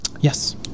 Yes